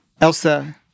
Elsa